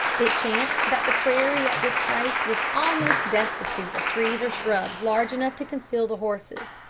it chanced that the prairie at this place was almost destitute of trees or shrubs large enough to conceal the horses.